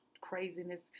craziness